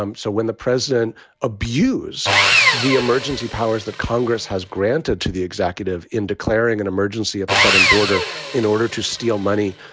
um so when the president abused the emergency powers that congress has granted to the executive in declaring an emergency at the southern border in order to steal money,